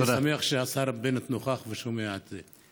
אני שמח שהשר בנט נוכח ושומע את זה.